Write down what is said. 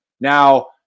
Now